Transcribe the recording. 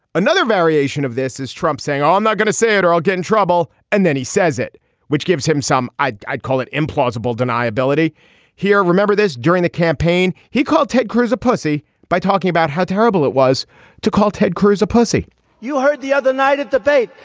another variation of this is trump saying ah i'm not going to say it or i'll get in trouble. and then he says it which gives him some i'd i'd call it implausible deniability here. remember this during the campaign he called ted cruz a pussy by talking about how terrible it was to call ted cruz a pussy you heard the other night at the bait.